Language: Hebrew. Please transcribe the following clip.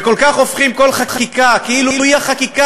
וכל כך הופכים כל חקיקה כאילו היא החקיקה